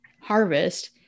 harvest